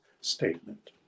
statement